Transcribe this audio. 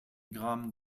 grammes